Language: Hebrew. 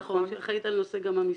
נכון, שאחראית גם על נושא המיסוי.